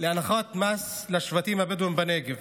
להנחת מס לשבטים הבדואיים בנגב